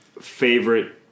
favorite